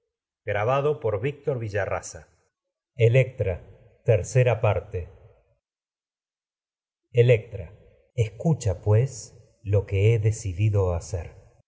escucha no nos pues lo que he decidido hacer